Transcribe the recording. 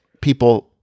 people